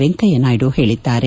ವೆಂಕಯ್ದ ನಾಯ್ದ ಹೇಳಿದ್ದಾರೆ